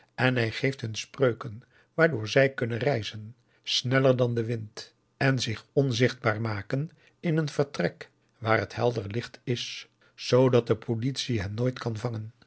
en hij geeft hun spreuken waardoor zij kunnen reizen sneller dan de wind en zich onzichtbaar maken in een vertrek waar het helder licht is zoodat de politie hen nooit kan vangen